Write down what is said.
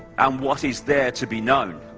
um what is there to be known.